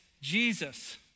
Jesus